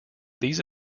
these